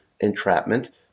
entrapment